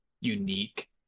unique